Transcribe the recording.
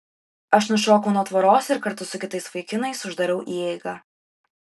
aš nušokau nuo tvoros ir kartu su kitais vaikinais uždariau įeigą